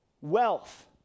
wealth